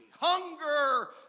Hunger